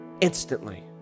Instantly